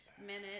minute